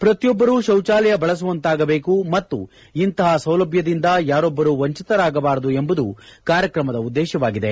ಪ್ರತಿಯೊಬ್ಬರು ಶೌಚಾಲಯ ಬಳಸುವಂತಾಗಬೇಕು ಮತ್ತು ಇಂತಹ ಸೌಲಭ್ವದಿಂದ ಯಾರೊಬ್ಬರು ವಂಚಿತರಾಗಬಾರದು ಎಂಬುದು ಕಾರ್ಯಕ್ರಮದ ಉದ್ದೇಶವಾಗಿದೆ